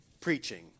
preaching